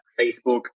Facebook